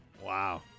Wow